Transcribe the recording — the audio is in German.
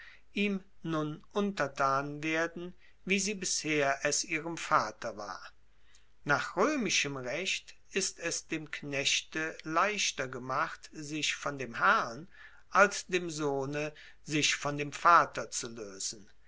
nun untertan werden wie sie bisher es ihrem vater war nach roemischem recht ist es dem knechte leichter gemacht sich von dem herrn als dem sohne sich von dem vater zu loesen